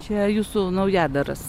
čia jūsų naujadaras